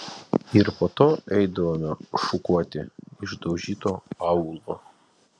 ir po to eidavome šukuoti išdaužyto aūlo